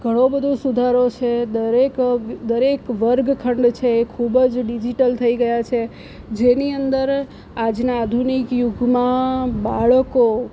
ઘણો બધો સુધારો છે દરેક દરેક વર્ગખંડ છે એ ખૂબ જ ડિજિટલ થઈ ગયા છે જેની અંદર આજના આધુનિક યુગમાં બાળકો